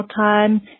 time